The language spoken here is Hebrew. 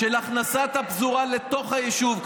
של הכנסת הפזורה לתוך היישוב,